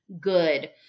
good